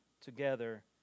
together